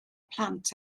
plant